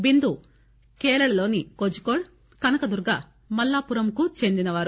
బిందు కేరళలోని కోజికోడ్ కనకదుర్గ మల్లాపురంకు చెందినవారు